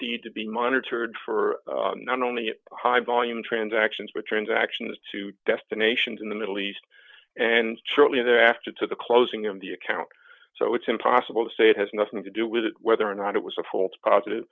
speed to be monitored for not only high volume transactions but transactions to destinations in the middle east and truly there after to the closing of the account so it's impossible to say it has nothing to do with whether or not it was a false positive